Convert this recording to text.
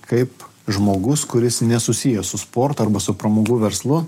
kaip žmogus kuris nesusijęs su sportu arba su pramogų verslu